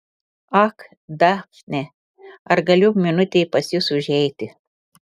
ak dafne ar galiu minutei pas jus užeiti